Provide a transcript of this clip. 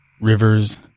rivers